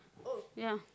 ya